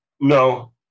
No